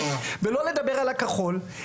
ולא לדבר על הכחול,